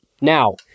Now